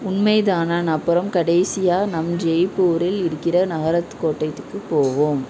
உண்மைதானான் அப்புறம் கடைசியாக நம் ஜெய்ப்பூரில் இருக்கிற நகரத் கோட்டையத்துக்கு போவோம்